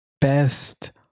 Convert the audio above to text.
best